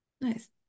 nice